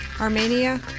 Armenia